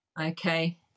Okay